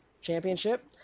championship